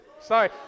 Sorry